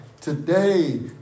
today